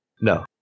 No